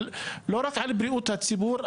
לא רק על בריאות הציבור,